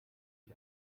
ich